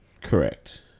Correct